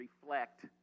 reflect